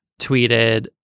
tweeted